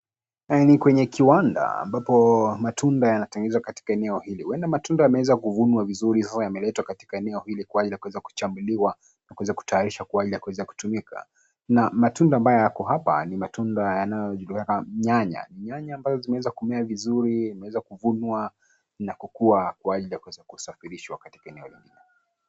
Ni kwenye kiwanda ambapo matunda yanatengenezwa katika eneo hili huenda matunda yameweza kuvunwa vizuri sasa yameletwa katika eneo kwa ajili ya kuweza kuchambuliwa na kuweza kutayarishwa kwa ajili ya kuweza kutumika na matunda ambayo yako hapa ni matunda yanayojulikana kama nyanya nyanya ambazo zimeweza kumea vizuri na kuvunwa na kukua kwa ajili ya kuweza kusafirishwa katika eneo hili.